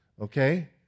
okay